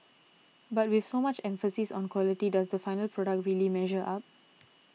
but with so much emphasis on quality does the final product really measure up